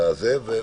מספיק.